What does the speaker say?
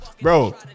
Bro